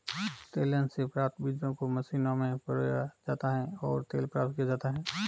तिलहन से प्राप्त बीजों को मशीनों में पिरोया जाता है और तेल प्राप्त किया जाता है